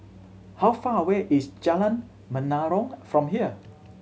how far away is Jalan Menarong from here